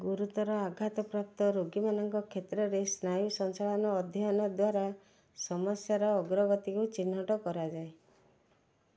ଗୁରୁତର ଆଘାତ ପ୍ରାପ୍ତ ରୋଗୀମାନଙ୍କ କ୍ଷେତ୍ରରେ ସ୍ନାୟୁ ସଞ୍ଚାଳନ ଅଧ୍ୟୟନ ଦ୍ୱାରା ସମସ୍ୟାର ଅଗ୍ରଗତିକୁ ଚିହ୍ନଟ କରାଯାଏ